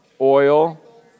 oil